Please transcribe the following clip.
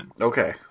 Okay